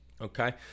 Okay